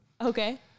Okay